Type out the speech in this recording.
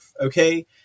okay